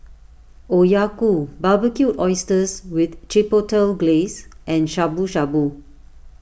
Okayu Barbecued Oysters with Chipotle Glaze and Shabu Shabu